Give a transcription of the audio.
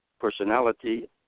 personality